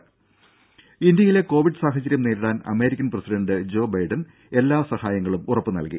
ദ്ദേ ഇന്ത്യയിലെ കോവിഡ് സാഹചര്യം നേരിടാൻ അമേരിക്കൻ പ്രസിഡണ്ട് ജോ ബൈഡൻ എല്ലാ സഹായങ്ങളും ഉറപ്പു നൽകി